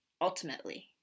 ultimately